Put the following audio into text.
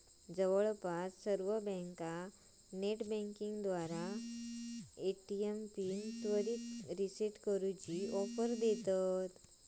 जवळपास सर्व बँका नेटबँकिंगद्वारा ए.टी.एम पिन त्वरित रीसेट करूची ऑफर देतत